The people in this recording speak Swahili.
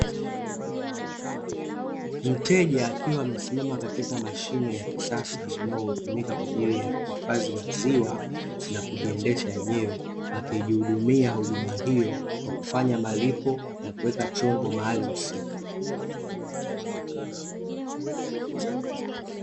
Mteja akiwa amesimama katika mashine ya kisasa, inayotumika katika kuhifadhi maziwa na kujiendesha yenyewe, akijihudumia huduma hiyo kwa kufanya malipo na kuweka chombo mahali husika.